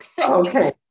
Okay